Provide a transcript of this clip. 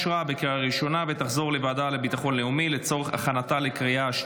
לוועדה לביטחון לאומי נתקבלה.